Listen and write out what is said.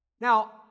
Now